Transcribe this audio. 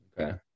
Okay